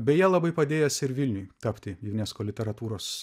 beje labai padėjęs ir vilniui tapti unesco literatūros